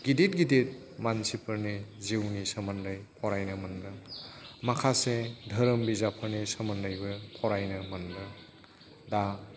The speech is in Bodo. गिदिर गिदिर मानसिफोरनि जिउनि सोमोन्दै फरायनो मोनदों माखासे धोरोम बिजाबफोरनि सोमोन्दैबो फरायनो मोनदों दा